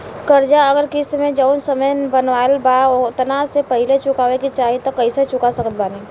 कर्जा अगर किश्त मे जऊन समय बनहाएल बा ओतना से पहिले चुकावे के चाहीं त कइसे चुका सकत बानी?